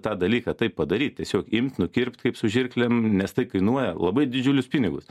tą dalyką taip padaryt tiesiog imt nukirpt kaip su žirklėm nes tai kainuoja labai didžiulius pinigus